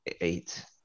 eight